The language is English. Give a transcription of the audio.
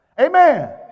Amen